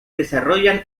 desarrollan